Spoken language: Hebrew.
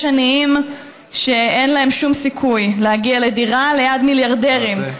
יש עניים שאין להם שום סיכוי להגיע לדירה ליד מיליארדרים,